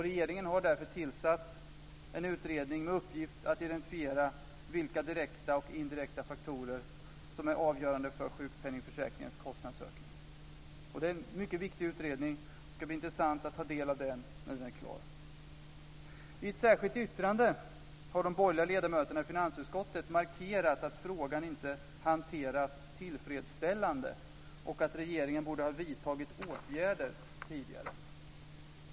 Regeringen har därför tillsatt en utredning med uppgift att identifiera vilka direkta och indirekta faktorer som är avgörande för sjukpenningförsäkringens kostnadsökning. Det är en mycket viktig utredning, och det ska bli intressant att ta del av den när den är klar. I ett särskilt yttrande har de borgerliga ledamöterna i finansutskottet markerat att frågan inte hanterats tillfredsställande och att regeringen borde ha vidtagit åtgärder tidigare.